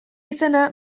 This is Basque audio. izena